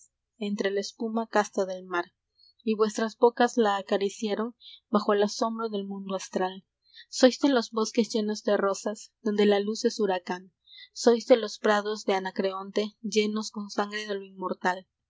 entre la espuma casta del mar y vuestras bocas la acariciaron bajo el asombro del mundo astral sois de los bosques llenos de rosas donde la luz es huracán sois de los prados de anacreonte llenos con sangre de lo inmortal